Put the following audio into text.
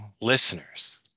listeners